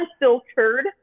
unfiltered